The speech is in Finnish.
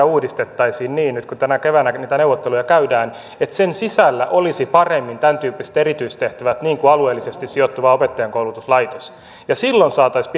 uudistettaisiin niin nyt kun tänä keväänä niitä neuvotteluja käydään että sen sisällä olisi paremmin tämäntyyppiset erityistehtävät niin kuin alueellisesti sijoittuva opettajankoulutuslaitos ja silloin saataisiin